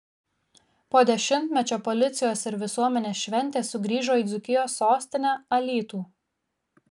po dešimtmečio policijos ir visuomenės šventė sugrįžo į dzūkijos sostinę alytų